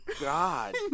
god